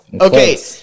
Okay